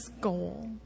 goal